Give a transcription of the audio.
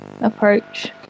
approach